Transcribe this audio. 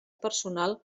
personal